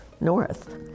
North